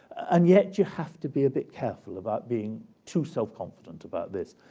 and yet you have to be a bit careful about being too self-confident about this.